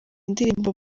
ndirimbo